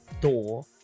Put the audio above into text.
door